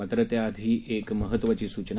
मात्र त्याआधी एक महत्त्वाची सूचना